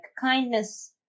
kindness